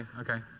okay.